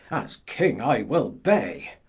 as king i will be